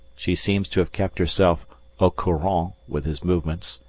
she seems to have kept herself au courant with his movements,